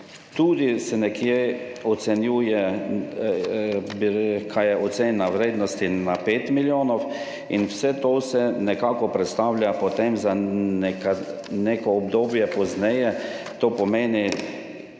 tudi nekje ocenjuje oziroma je ocena vrednosti 5 milijonov in vse to se nekako prestavlja potem na neko obdobje pozneje, to pomeni,